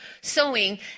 sowing